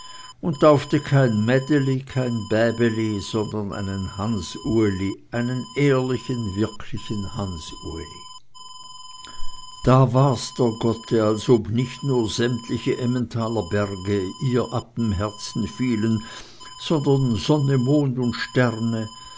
und taufte kein mädeli kein bäbeli sondern einen hans uli einen ehrlichen wirklichen hans uli da war's der gotte als ob nicht nur sämtliche emmentalerberge ihr ab dem herzen fielen sondern sonne mond und sterne